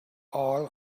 all